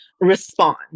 respond